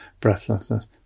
breathlessness